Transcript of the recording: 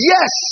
Yes